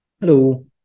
Hello